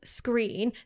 screen